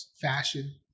fashion